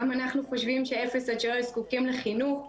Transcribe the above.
גם אנחנו חושבים שאפס עד שלוש זקוקים לחינוך,